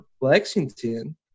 Lexington